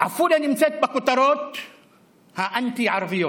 עפולה נמצאת בכותרות האנטי-ערביות.